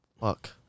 Fuck